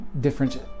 different